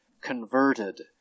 converted